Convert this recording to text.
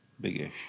Big-ish